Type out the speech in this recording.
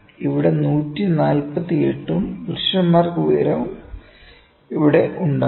ഇവിടെ 148 ഉം പുരുഷന്മാർക്ക് ഉയരവും ഇവിടെ ഉണ്ടാകും